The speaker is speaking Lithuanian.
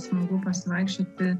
smagu pasivaikščioti